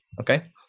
Okay